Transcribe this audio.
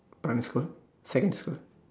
primary school secondary school